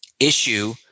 issue